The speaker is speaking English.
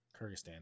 Kyrgyzstan